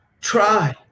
Try